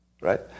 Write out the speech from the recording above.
Right